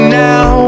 now